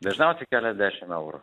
dažniausiai keliasdešim eurų